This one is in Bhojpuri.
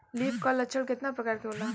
लीफ कल लक्षण केतना परकार के होला?